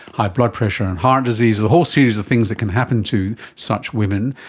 high blood pressure and heart disease, a whole series of things that can happen to such women.